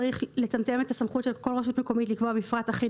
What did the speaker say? צריך לצמצם את הסמכות של כל רשות מקומית לקבוע מפרט אחיד